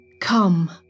Come